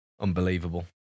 Unbelievable